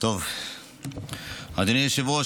אדוני היושב-ראש,